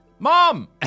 Mom